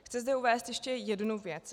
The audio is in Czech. Chci zde uvést ještě jednu věc.